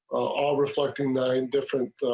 all reflecting nine different.